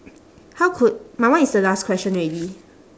how could my one is the last question already